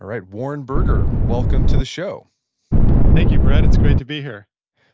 all right, warren berger, welcome to the show thank you, brett. it's great to be here